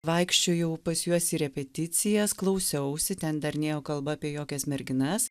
vaikščiojau pas juos į repeticijas klausiausi ten dar nėjo kalba apie jokias merginas